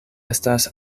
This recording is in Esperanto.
estas